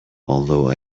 although